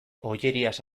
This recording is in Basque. ollerias